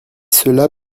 cela